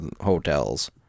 hotels